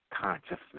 consciousness